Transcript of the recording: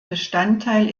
bestandteil